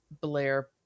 Blair